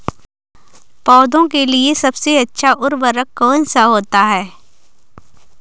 पौधे के लिए सबसे अच्छा उर्वरक कौन सा होता है?